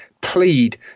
plead